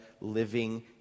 living